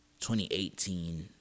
2018